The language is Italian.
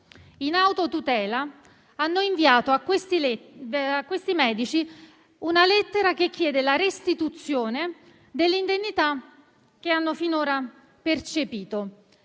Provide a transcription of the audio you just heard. in autotutela hanno inviato a questi medici una lettera che chiede la restituzione dell'indennità che hanno finora percepito.